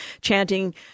chanting